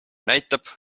näitab